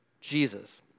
Jesus